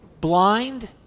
blind